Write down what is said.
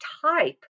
type